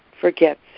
forgets